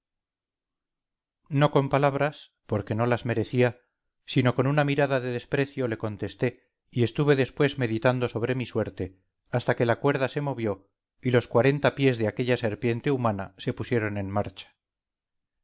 no con palabras porque no las merecía sino con una mirada de desprecio le contesté y estuve después meditando sobre mi suerte hasta que la cuerda se movió y los cuarenta pies de aquella serpiente humana se pusieron en marcha